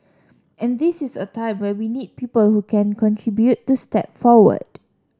and this is a time when we need people who can contribute to step forward